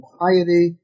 piety